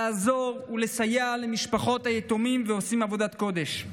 לעזור ולסייע למשפחות היתומים, ועושים עבודת קודש.